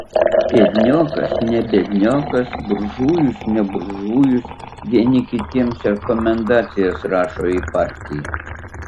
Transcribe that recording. biedniokas ne biedniokas buržujus ne buržujus vieni kitiems rekomendacijas rašo į partiją